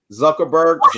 Zuckerberg